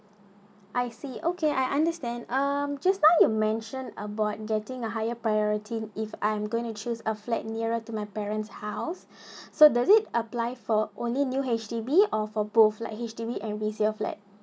I see okay I understand um just now you mentioned about getting a higher priority in if I'm going to choose a flat nearer to my parents house so does it apply for only new H_D_B or for both like H_D_B and resale flat